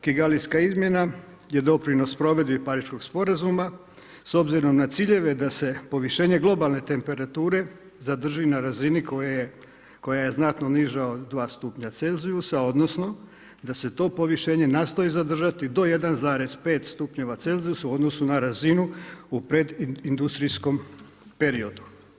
Kigalijska izmjena je doprinos provedbi Pariškog sporazuma s obzirom na ciljeve da se povišenje globalne temperature zadrži na razini koja je znatno niža od 2 stupnja Celzijusa odnosno da se to povišenje nastavi zadržati do 1,5 stupnjeva Celzijusa u odnosu na razinu u predindustrijskom periodu.